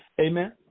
Amen